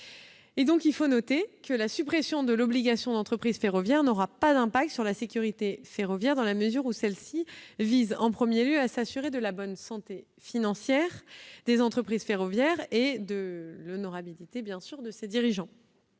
Il faut noter que la suppression de l'obligation de détenir une licence d'entreprise ferroviaire n'aura pas d'impact sur la sécurité ferroviaire, celle-ci visant en premier lieu à s'assurer de la bonne santé financière des entreprises ferroviaires et de l'honorabilité de ses dirigeants.